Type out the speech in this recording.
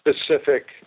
specific